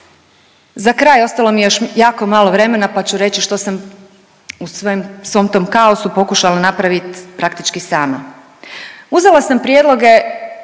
Za kraj ostalo mi je još jako malo vremena pa ću reći što sam u svom tom kaosu pokušala napravit praktički sama. Uzela sam prijedloge